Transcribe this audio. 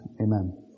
Amen